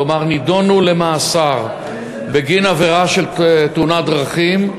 כלומר נידונו למאסר בגין עבירה של תאונת דרכים,